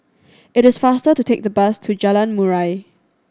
it is faster to take the bus to Jalan Murai